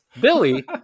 Billy